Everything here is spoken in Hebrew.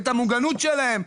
את המוגנות שלהם.